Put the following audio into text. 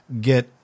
get